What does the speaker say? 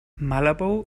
malabo